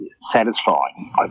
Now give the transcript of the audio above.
satisfying